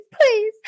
please